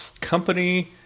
company